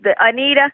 Anita